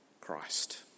Christ